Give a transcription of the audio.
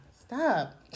Stop